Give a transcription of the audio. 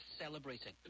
celebrating